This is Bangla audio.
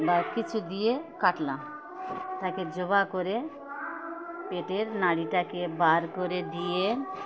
বা কিছু দিয়ে কাটলাম তাকে জবাই করে পেটের নাড়িটাকে বার করে দিয়ে